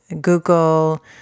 google